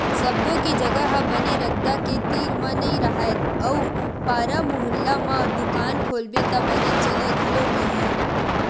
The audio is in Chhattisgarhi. सब्बो के जघा ह बने रद्दा के तीर म नइ राहय अउ पारा मुहल्ला म दुकान खोलबे त बने चलय घलो नहि